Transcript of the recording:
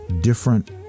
different